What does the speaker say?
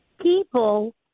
people